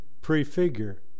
Prefigure